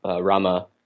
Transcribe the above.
Rama